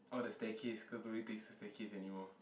oh the staircase cause nobody takes the staircase anymore